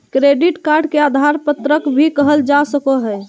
credit card के उधार पत्रक भी कहल जा सको हइ